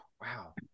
Wow